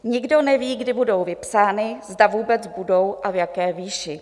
Nikdo neví, kdy budou vypsány, zda vůbec budou a v jaké výši.